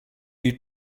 you